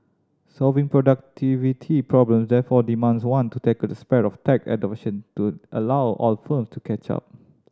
solving productivity problem therefore demands one to tackle the spread of tech adoption to allow all firm to catch up